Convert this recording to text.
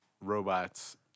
robots